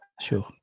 Sure